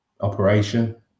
operation